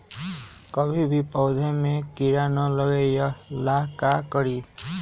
कभी भी पौधा में कीरा न लगे ये ला का करी?